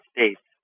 States